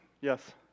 Yes